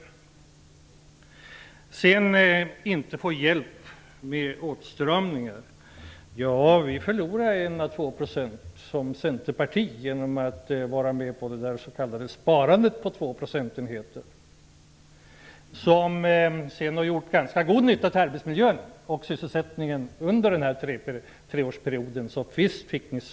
När det gäller att inte få hjälp med åtstramningar förlorade Centern som parti 1 % à 2 % i väljarstöd genom att vi gick med på det s.k. sparandet om 2 procentenheter, vilket sedan har varit till ganska god nytta för arbetsmiljön och sysselsättningen under denna treårsperiod. Så visst fick ni stöd.